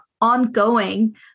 ongoing